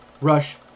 rush